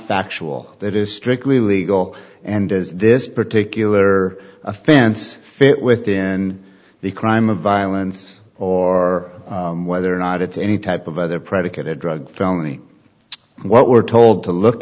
factual it is strictly legal and is this particular offense fit within the crime of violence or whether or not it's any type of other predicate a drug felony what we're told to look